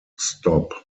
stop